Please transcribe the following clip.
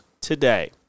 today